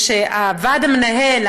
הוועד המנהל,